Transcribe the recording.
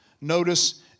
Notice